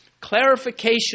clarification